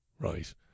Right